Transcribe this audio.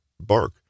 bark